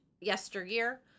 yesteryear